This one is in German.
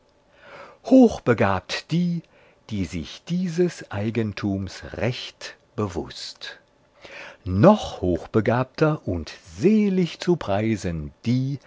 geworden hochbegabt die die sich dieses eigentums recht bewußt noch hochbegabter und selig zu preisen die